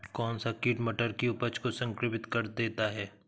कौन सा कीट मटर की उपज को संक्रमित कर देता है?